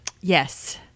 Yes